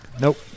Nope